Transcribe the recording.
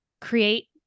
create